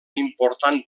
important